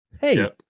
Hey